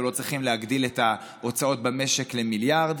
אתם לא צריכים להגדיל את ההוצאות במשק במיליארדים,